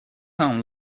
town